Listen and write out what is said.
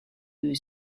you